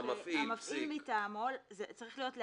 אני מחזקת את דבריו של שאול שצריך להגביל.